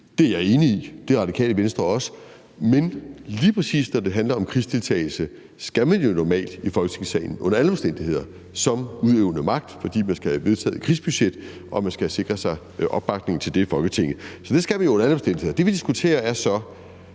Det er jeg enig i, og det er Radikale Venstre også, men lige præcis når det handler om krigsdeltagelse, skal man jo normalt i Folketingssalen, under alle omstændigheder, som udøvende magt, fordi man skal have vedtaget et krigsbudget og skal sikre sig opbakning til det i Folketinget. Så det skal vi jo under alle omstændigheder. Det, vi diskuterer, er så: